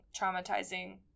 traumatizing